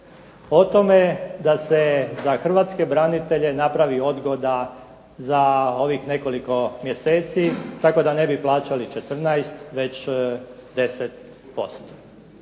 o tome da se za hrvatske branitelje napravi odgoda za ovih nekoliko mjeseci tako da ne bi plaćali 14 već 10%.